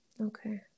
Okay